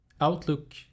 Outlook